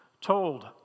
told